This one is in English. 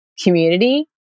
community